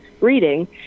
reading